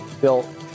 Bill